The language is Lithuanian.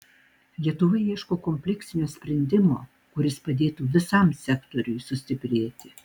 lietuva ieško kompleksinio sprendimo kuris padėtų visam sektoriui sustiprėti